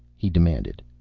he demanded.